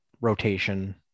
rotation